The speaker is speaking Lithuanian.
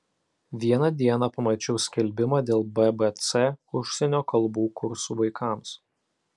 vieną dieną pamačiau skelbimą dėl bbc užsienio kalbų kursų vaikams